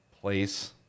Place